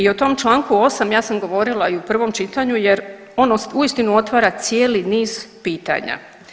I u tom članku 8. ja sam govorila i u prvom čitanju, jer ono uistinu otvara cijeli niz pitanja.